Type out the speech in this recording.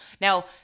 Now